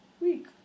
week